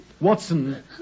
Watson